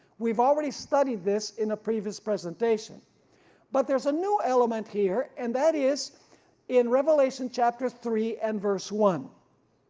we have already studied this in a previous presentation but there's a new element here and that is in revelation chapter three and verse one,